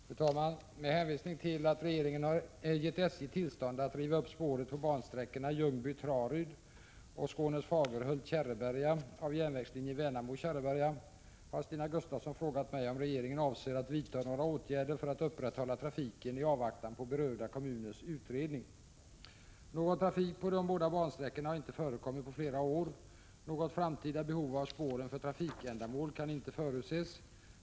Fru talman! Med hänvisning till att regeringen gett SJ tillstånd att riva upp spåret på bansträckorna Ljungby-Traryd och Skånes Fagerhult-Kärreberga av järnvägslinjen Värnamo-Kärreberga har Stina Gustavsson frågat mig om regeringen avser att vidta några åtgärder för att upprätthålla trafiken i avvaktan på berörda kommuners utredning. Någon trafik på de båda bansträckorna har inte förekommit på flera år. Något framtida behov av spåren för trafikändamål kan inte förutses.